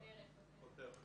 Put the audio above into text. עם כל האווירה התוססת כאן,